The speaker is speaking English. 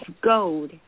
gold